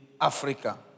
Africa